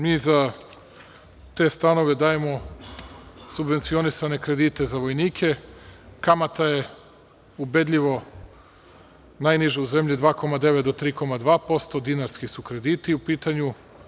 Mi za te stanove dajemo subvencionisane kredite za vojnike, kamata je ubedljivo najniža u zemlji, 2,9% do 3,2%, dinarski su krediti u pitanju.